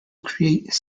create